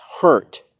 Hurt